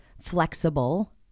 flexible